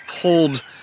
pulled